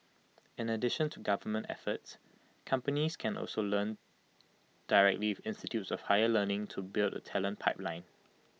in addition to government efforts companies can also learn directly institutes of higher learning to build A talent pipeline